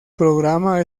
programa